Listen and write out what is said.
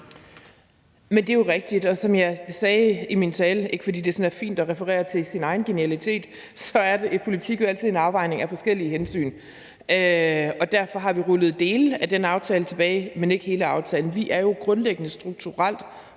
Det er jo rigtigt, og som jeg sagde i min tale – og det er altså ikke, fordi det er specielt fint at referere til sin egen genialitet – er der i politik jo altid en afvejning af forskellige hensyn, og derfor har vi rullet dele af den aftale tilbage, men ikke hele aftalen. Vi er jo fra i dag og mange